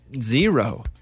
zero